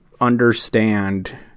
understand